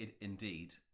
indeed